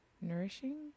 nourishing